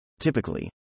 Typically